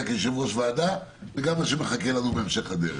כיושב ראש ועדה וגם על מה שמחכה לנו בהמשך הדרך.